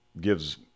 gives